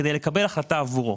כדי לקבל החלטה עבורו.